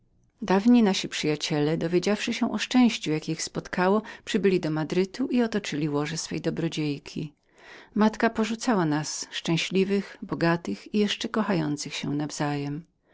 dawni nasi przyjaciele dowiedziawszy się o szczęściu jakie ich spotkało przybyli do madrytu i otoczyli łoże swej dobrodziejki matka moja porzucała nas szczęśliwych bogatych i jeszcze kochających się nawzajem